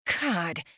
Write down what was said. God